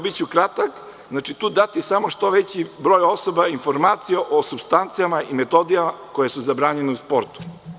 Biću kratak i daću što veći broj osoba i informacija o supstancama i metoda koje su zabranjene u sportu.